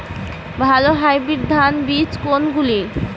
ভালো হাইব্রিড ধান বীজ কোনগুলি?